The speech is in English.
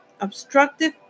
obstructive